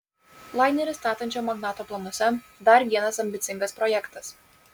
lainerį statančio magnato planuose dar vienas ambicingas projektas